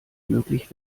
möglich